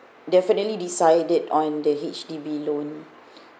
definitely decided on the H_D_B loan